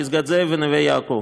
פסגת זאב ונווה יעקב.